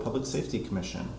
public safety commission